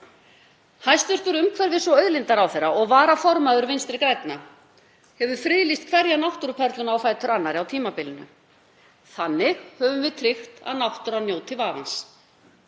Hæstv. umhverfis- og auðlindaráðherra og varaformaður Vinstri grænna hefur friðlýst hverja náttúruperluna á fætur annarri á tímabilinu. Þannig höfum við tryggt að náttúran njóti vafans.